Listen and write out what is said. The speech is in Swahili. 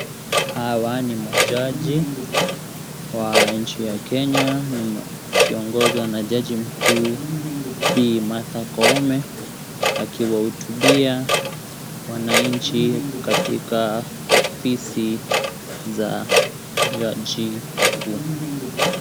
Hawa ni majaji wa nchi ya Kenya, akiongozwa na jaji mkuu Bi. Martha Koome, akiwahutubia wananchi katika ofisi za jaji mkuu.